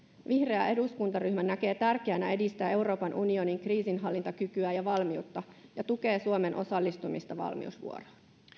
vihreä eduskuntaryhmä näkee tärkeänä edistää euroopan unionin kriisinhallintakykyä ja valmiutta ja tukee suomen osallistumista valmiusvuoroon